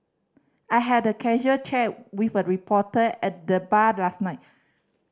I had a casual chat with a reporter at the bar last night